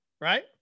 right